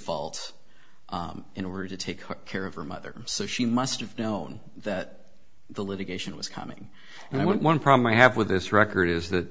default in order to take care of her mother so she must have known that the litigation was coming and i want one problem i have with this record is that